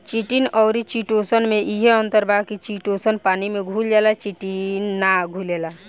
chitin अउरी chitosan में इहे अंतर बावे की चिटोसन पानी में घुल जाला चिटिन ना घुलेला